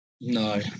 No